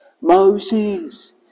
Moses